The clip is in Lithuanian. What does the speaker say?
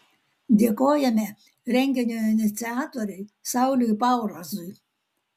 dėkojame renginio iniciatoriui sauliui paurazui